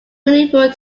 medieval